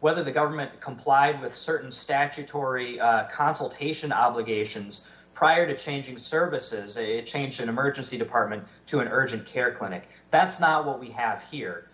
whether the government complied with certain statutory consultation obligations prior to changing services a change in emergency department to an urgent care clinic that's not what we have here